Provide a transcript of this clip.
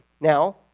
Now